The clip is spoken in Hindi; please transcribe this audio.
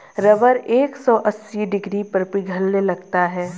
रबर एक सौ अस्सी डिग्री पर पिघलने लगता है